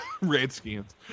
Redskins